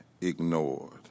ignored